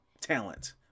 talent